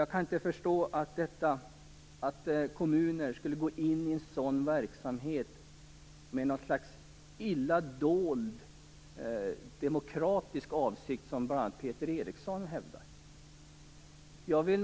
Jag kan inte förstå att kommuner skulle gå in i en sådan verksamhet med en illa dold odemokratisk avsikt, som bl.a. Peter Eriksson hävdar.